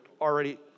already